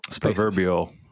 proverbial